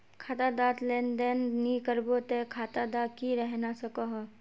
खाता डात लेन देन नि करबो ते खाता दा की रहना सकोहो?